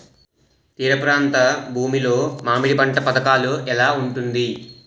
తీర ప్రాంత భూమి లో మామిడి పంట పథకాల ఎలా ఉంటుంది?